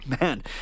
Man